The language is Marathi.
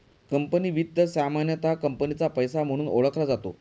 कंपनी वित्त सामान्यतः कंपनीचा पैसा म्हणून ओळखला जातो